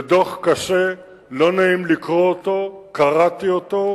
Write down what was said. זה דוח קשה, לא נעים לקרוא אותו, קראתי אותו.